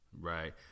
Right